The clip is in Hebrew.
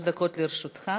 שלוש דקות לרשותך.